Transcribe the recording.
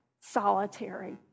solitary